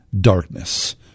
darkness